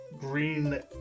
green